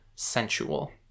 sensual